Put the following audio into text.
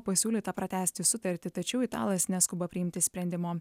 pasiūlyta pratęsti sutartį tačiau italas neskuba priimti sprendimo